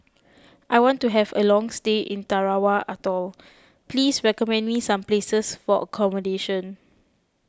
I want to have a long stay in Tarawa Atoll please recommend me some places for accommodation